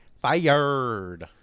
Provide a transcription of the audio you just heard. Fired